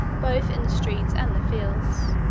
both in the streets and the fields,